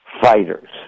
fighters